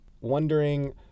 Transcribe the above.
wondering